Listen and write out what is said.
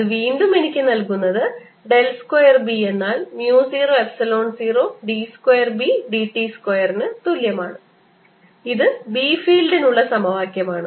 അത് വീണ്ടും എനിക്ക് നൽകുന്നത് ഡെൽ സ്ക്വയർ B എന്നാൽ mu 0 epsilon 0 d square B dt സ്ക്വയറിന് തുല്യമാണ് ഇത് B ഫീൽഡിനുള്ള സമവാക്യമാണ്